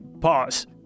pause